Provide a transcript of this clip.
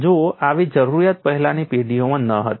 જુઓ આવી જરૂરિયાત પહેલાંની પેઢીઓમાં નહોતી